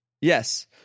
yes